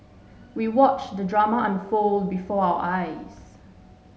we watched the drama unfold before our eyes